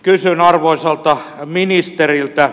kysyn arvoisalta ministeriltä